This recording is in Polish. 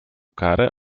karę